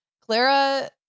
Clara